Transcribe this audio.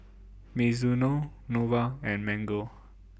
Mizuno Nova and Mango